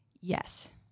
yes